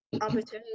opportunity